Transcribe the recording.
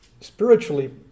spiritually